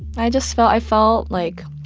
i just felt i felt like